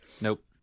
Nope